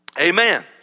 Amen